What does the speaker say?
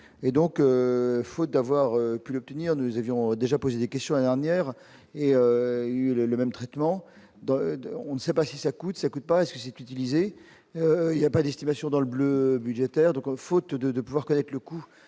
et donc faute d'avoir pu obtenir, nous avions déjà posé des questions et dernière. Et. Le même traitement dont on ne sait pas si ça coûte, ça coûte, parce que c'est utilisé il y a pas d'estimation dans le bleu budgétaire donc, faute de pouvoir qu'avec le coût